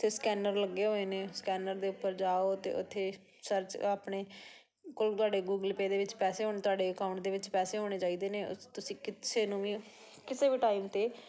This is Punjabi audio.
ਅਤੇ ਸਕੈਨਰ ਲੱਗੇ ਹੋਏ ਨੇ ਸਕੈਨਰ ਦੇ ਉੱਪਰ ਜਾਓ ਅਤੇ ਉੱਥੇ ਸਰਚ ਆਪਣੇ ਕੋਲ ਤੁਹਾਡੇ ਗੂਗਲ ਪੇ ਦੇ ਵਿੱਚ ਪੈਸੇ ਹੋਣ ਤੁਹਾਡੇ ਅਕਾਊਂਟ ਦੇ ਵਿੱਚ ਪੈਸੇ ਹੋਣੇ ਚਾਹੀਦੇ ਨੇ ਤੁਸੀਂ ਕਿਸੇ ਨੂੰ ਵੀ ਕਿਸੇ ਵੀ ਟਾਈਮ 'ਤੇ